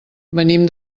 venim